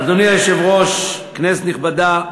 אדוני היושב-ראש, כנסת נכבדה,